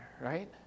right